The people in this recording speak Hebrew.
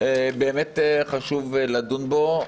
ובאמת חשוב לדון בו,